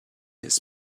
his